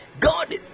God